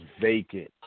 vacant